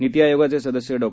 नीती आयोगाचे सदस्य डॉ